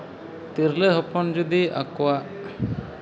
ᱛᱤᱨᱞᱟᱹ ᱦᱚᱯᱚᱱ ᱡᱩᱫᱤ ᱟᱠᱚᱣᱟᱜ